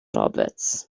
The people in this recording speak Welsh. roberts